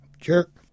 Jerk